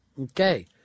Okay